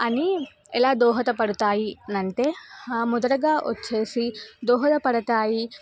అని ఎలా దోహదపడతాయి అని అంటే మొదటిగా వచ్చి దోహదపడతాయి